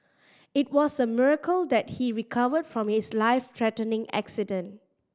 it was a miracle that he recovered from his life threatening accident